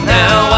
now